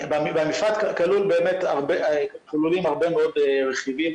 במפרט כלולים הרבה מאוד רכיבים,